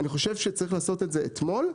אני חושב שצריך לעשות את זה אתמול,